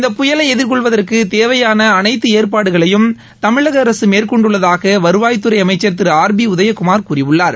இந்த புயலை எதிர்கொள்வதற்குத் தேவையான அனைத்து ஏற்பாடுகளையும் தமிழக அரசு மேற்கொண்டுள்ளதாக வருவாய்த்துறை அமைச்சர் திரு ஆர் பி உதயகுமார் கூறியுள்ளார்